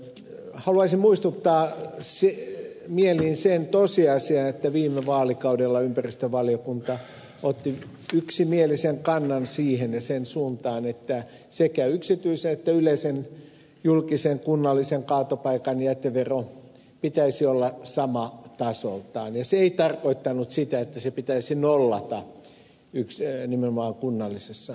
haluaisin muistuttaa mieliin sen tosiasian että viime vaalikaudella ympäristövaliokunta otti yksimielisen kannan siihen suuntaan että sekä yksityisen että yleisen julkisen kunnallisen kaatopaikan jäteveron pitäisi olla sama tasoltaan ja se ei tarkoittanut sitä että se pitäisi nollata nimenomaan kunnallisessa jätehuollossa